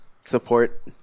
support